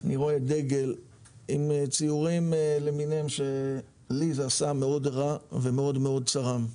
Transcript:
אני רואה דגל עם ציורים למיניהם שלי זה עשה מאוד רע ומאוד מאוד צרם.